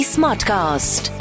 Smartcast